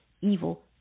evil